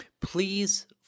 please